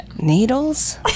needles